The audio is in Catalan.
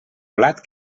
blat